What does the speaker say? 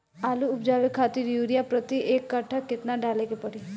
आलू उपजावे खातिर यूरिया प्रति एक कट्ठा केतना डाले के पड़ी?